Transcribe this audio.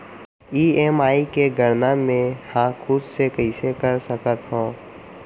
EMI के गड़ना मैं हा खुद से कइसे कर सकत हव?